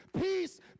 peace